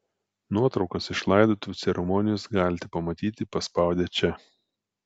nuotraukas iš laidotuvių ceremonijos galite pamatyti paspaudę čia